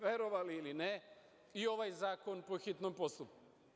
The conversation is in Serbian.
Verovali ili ne i ovaj zakon je po hitnom postupku.